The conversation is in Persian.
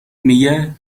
میگه